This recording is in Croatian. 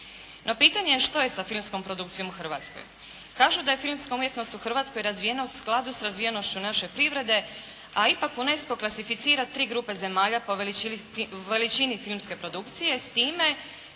No pitanje je što je sa filmskom produkcijom u Hrvatskoj? Kažu da je filmska umjetnost u Hrvatskoj razvijena u skladu sa razvijenošću naše privrede, a ipak UNESCO klasificira tri grupe zemalja po veličini filmske produkcije s time